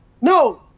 No